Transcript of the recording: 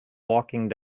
walking